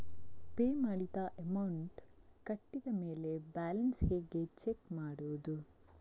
Pay ಮಾಡಿದ amount ಕಟ್ಟಿದ ಮೇಲೆ ಬ್ಯಾಲೆನ್ಸ್ ಹೇಗೆ ಚೆಕ್ ಮಾಡುವುದು?